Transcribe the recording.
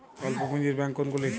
অল্প পুঁজি ব্যাঙ্ক কোনগুলি?